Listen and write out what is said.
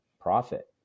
profit